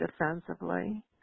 defensively